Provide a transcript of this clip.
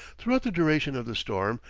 throughout the duration of the storm,